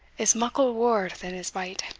is muckle waur than his bite.